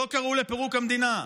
לא קראו לפירוק המדינה,